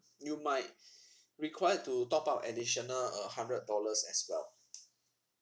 you might required to top up additional uh hundred dollars as well